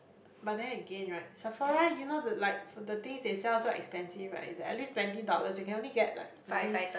but then again right Sephora you know the like for the things they sell so expensive right is at least twenty dollars you can only get like maybe